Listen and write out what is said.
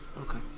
Okay